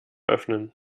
öffnen